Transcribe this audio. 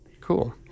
Cool